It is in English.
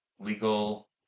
legal